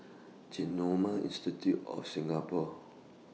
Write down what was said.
Genome Institute of Singapore